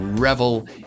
Revel